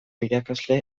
irakasle